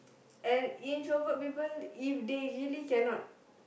and introvert people if they really cannot